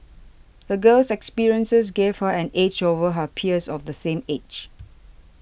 the girl's experiences gave her an edge over her peers of the same age